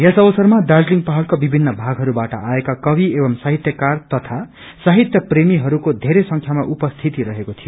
यस अवसरामा दार्जीलिङ पाहाउ़का विभिन्न भागहरूबाट आएका कवि एवं साहित्यकार तथा साहित्य प्रेमीहरूको धेरै संख्यामा उपस्थिति रहेको थियो